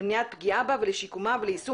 למניעת פגיעה בה ולשיקומה וליישום